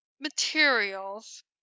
materials